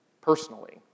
Personally